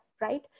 Right